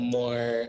more